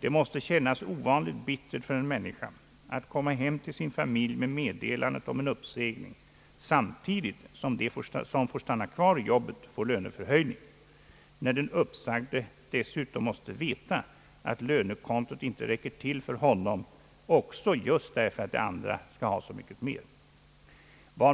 Det måste kännas ovanligt bittert för en människa att komma hem till sin familj med meddelandet om en uppsägning, samtidigt som de som får stanna kvar i jobbet får löneförhöjning, när den uppsagde dessutom måste veta att lönekontot inte räcker till för honom också, just därför att de andra skall ha så mycket mera.